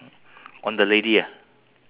so on top of her there is a